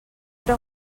era